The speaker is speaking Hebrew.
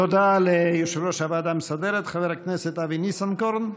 תודה ליושב-ראש הוועדה המסדרת חבר הכנסת אבי ניסנקורן.